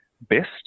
best